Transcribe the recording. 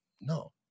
No